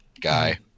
guy